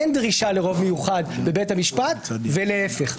אין דרישה לרוב מיוחד בבית המשפט, ולהפך.